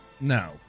No